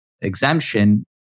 exemption